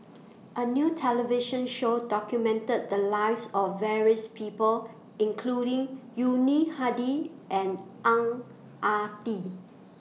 A New television Show documented The Lives of various People including Yuni Hadi and Ang Ah Tee